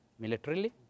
militarily